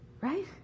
right